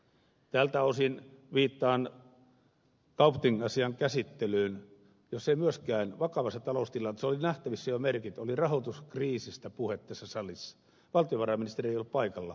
tältä osin viittaan kaupthing asian käsittelyyn jossa ei myöskään vakavassa taloustilanteessa oli nähtävissä jo merkit oli rahoituskriisistä puhe tässä salissa valtiovarainministeri ollut paikalla